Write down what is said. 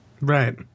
right